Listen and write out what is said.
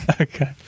okay